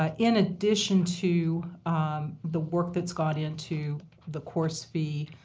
ah in addition to the work that's gone into the course fee